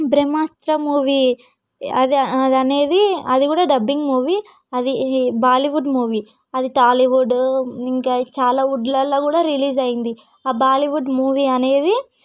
బ్రహ్మాస్త్ర movie అది అది అనేది అది కూడా డబ్బింగ్ మూవీ అది బాలీవుడ్ మూవీ అది టాలీవుడ్ ఇంకా చాలా వుడ్లలో కూడా రిలీజ్ అయ్యింది ఆ బాలీవుడ్ మూవీ అనేది